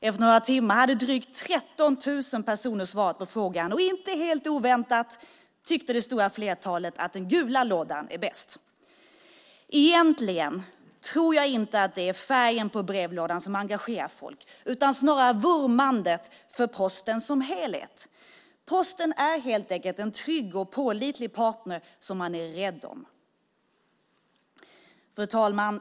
Efter några timmar hade drygt 13 000 personer svarat på frågan, och inte helt oväntat tyckte det stora flertalet att den gula lådan är bäst. Egentligen tror jag inte att det är färgen på brevlådan som engagerar folk utan snarare vurmandet för Posten som helhet. Posten är helt enkelt en trygg och pålitlig partner som man är rädd om. Fru talman!